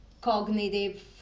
cognitive